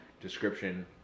description